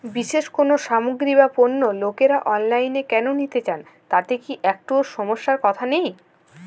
বিশেষ কোনো সামগ্রী বা পণ্য লোকেরা অনলাইনে কেন নিতে চান তাতে কি একটুও সমস্যার কথা নেই?